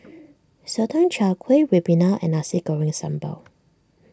Sotong Char Kway Ribena and Nasi Goreng Sambal